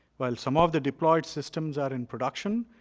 while some of the deployed systems are in production,